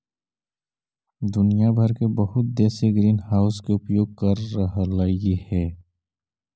दुनिया भर के बहुत देश ग्रीनहाउस के उपयोग कर रहलई हे